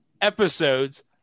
episodes